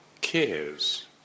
cares